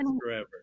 forever